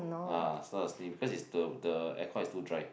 ah so I will sniff cause is the the aircon is too dry